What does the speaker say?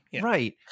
right